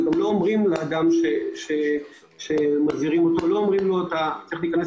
וגם לא אומרים לאדם שמזהירים אותו שהוא צריך להיכנס